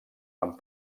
amb